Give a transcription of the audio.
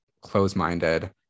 close-minded